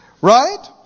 Right